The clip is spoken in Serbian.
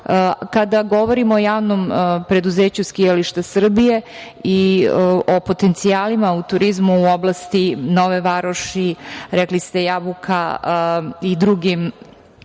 govorimo o Javnom preduzeću „Skijališta Srbije“ i o potencijalima u turizmu u oblasti Nove Varoši, rekli ste Jabuka, i drugim